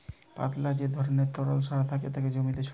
পাতলা যে ধরণের তরল সার থাকে তাকে জমিতে ছড়ায়